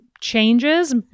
changes